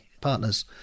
partners